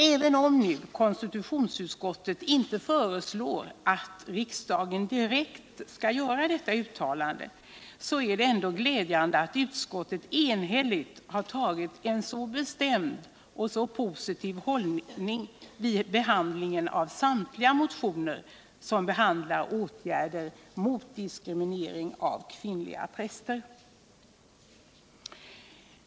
Även om konstitutionsutskottet inte föreslår att riksdagen direkt skall göra detta uttalande, är det ändå glädjande av utskottet enhälligt har intagit en sådan bestämd och positiv hållning vid behandlingen av samtliga motioner som behandlar åtgärder mot diskriminering av kvinnliga präster.